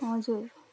हजुर